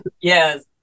Yes